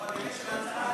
אבל בקשר להצעה הראשונה?